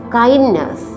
kindness